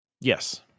Yes